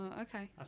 okay